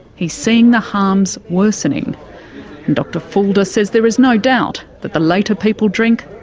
he's seeing the harms worsening. and dr fulde says there is no doubt that the later people drink,